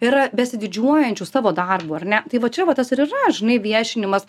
yra besididžiuojančių savo darbu ar ne tai va čia va tas ir yra žinai viešinimas